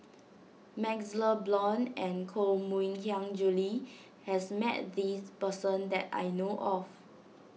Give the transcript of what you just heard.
MaxLe Blond and Koh Mui Hiang Julie has met this person that I know of